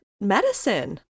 medicine